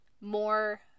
more